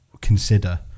consider